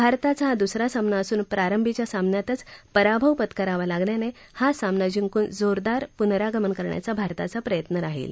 भारताचा हा दुसरा सामना असून प्रारंभीच्या सामन्यातच पराभव पत्करावा लागल्यानं हा सामना जिंकून जोरदार पुनरागमन करण्याचा भारताचा प्रयत्न राहील